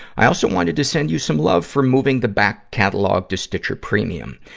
i also wanted to send you some love for moving the back catalogue to stitcher premium.